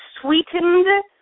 sweetened